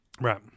Right